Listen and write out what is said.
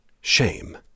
Shame